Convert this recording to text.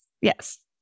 yes